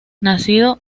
nacido